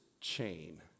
chain